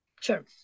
Sure